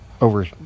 over